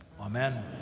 Amen